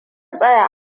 tsaya